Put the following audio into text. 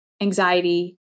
anxiety